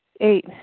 Eight